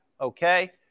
Okay